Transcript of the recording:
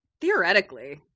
Theoretically